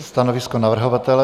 Stanovisko navrhovatele?